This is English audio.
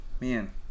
man